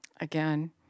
Again